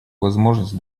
возможность